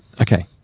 Okay